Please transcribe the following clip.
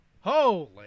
Holy